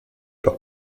par